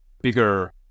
bigger